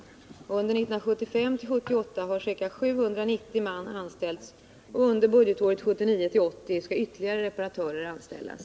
Under 1975-1978 har ca 790 man anställts, och under budgetåret 1979/80 skall ytterligare reparatörer anställas.